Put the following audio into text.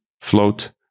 Float